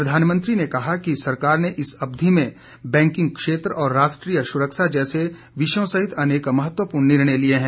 प्रधानमंत्री ने कहा कि सरकार ने इस अवधि में बैंकिंग क्षेत्र और राष्ट्रीय सुरक्षा से जुड़े विषयों सहित अनेक महत्वपूर्ण निर्णय लिये हैं